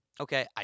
Okay